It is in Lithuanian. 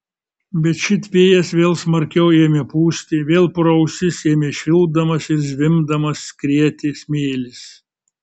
bet šit vėjas vėl smarkiau ėmė pūsti vėl pro ausis ėmė švilpdamas ir zvimbdamas skrieti smėlis